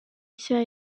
nshya